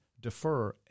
defer